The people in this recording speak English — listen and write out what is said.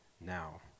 now